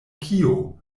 kio